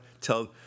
tell